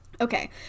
Okay